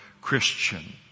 Christian